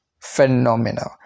Phenomenal